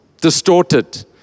Distorted